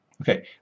Okay